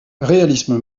réalisme